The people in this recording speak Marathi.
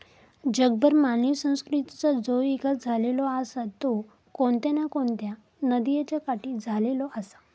जगभर मानवी संस्कृतीचा जो इकास झालेलो आसा तो कोणत्या ना कोणत्या नदीयेच्या काठी झालेलो आसा